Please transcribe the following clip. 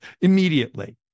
immediately